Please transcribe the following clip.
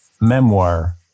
memoir